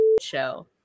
show